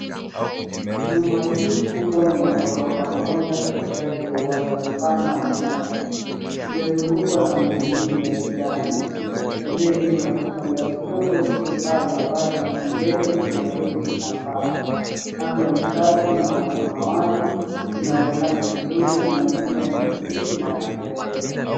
Nyumba hii kubwa ni ya gorofa moja katikati ya uwanja mpana wa nyasi. Imezungukwa na miti mingi ya kijani. Pembeni kuna kibanda kidogo chenye paa la bati na mbele kuna benchi la mbao. Anga ni safi na la samwati inaonekana vizuri na mazingira ni tulivu na ya kupendeza.